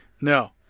no